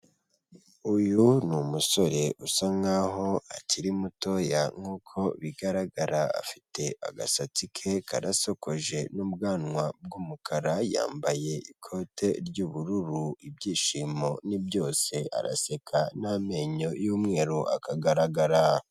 Uyu ni umusore usa nkaho akiri mutoya nkuko bigaragara afite agasatsi ke karasokoje n'ubwanwa bw'umukara, yambaye ikote ry'ubururu ibyishimo ni byose araseka n'amenyo y'umweru akagaragara.